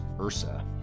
URSA